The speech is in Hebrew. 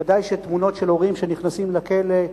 ודאי שתמונות של הורים שנכנסים לכלא,